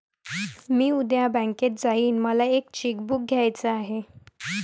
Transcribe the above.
मी उद्या बँकेत जाईन मला एक चेक बुक घ्यायच आहे